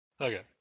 Okay